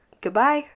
Goodbye